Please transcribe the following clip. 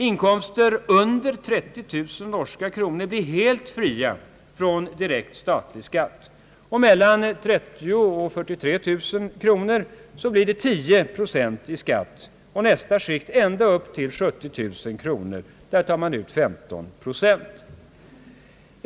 Inkomster under 30 000 norska kronor blir helt fria från direkt stallig skatt, och mellan 30 000 och 43 000 kronor blir det 10 procent i skatt. För nästa skikt ända upp till 70 000 kronor tar man ut 15 procent.